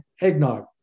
eggnog